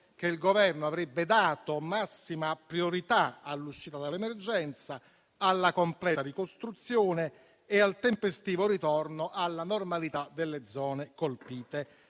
che il Governo avrebbe dato massima priorità all'uscita dall'emergenza, alla completa ricostruzione e al tempestivo ritorno alla normalità delle zone colpite.